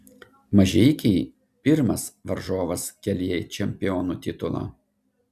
mažeikiai pirmas varžovas kelyje į čempionų titulą